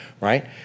Right